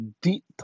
deep